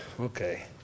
Okay